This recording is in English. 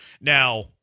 Now